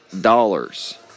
dollars